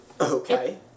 okay